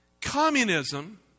Communism